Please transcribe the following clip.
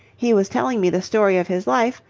he was telling me the story of his life,